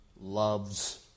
loves